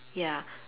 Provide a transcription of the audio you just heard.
ya